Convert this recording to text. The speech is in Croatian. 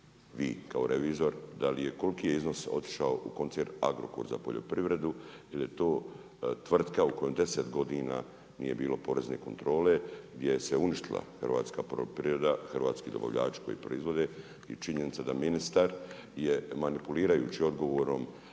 vi kao revizor, koliko je iznos otišao u koncern u Agrokor za poljoprivredu jer je to tvrtka u kojoj 10 godina nije bilo porezne kontrole gdje se uništila hrvatska poljoprivreda, hrvatski dobavljači koji proizvode i činjenica da ministar je manipulirajući odgovorom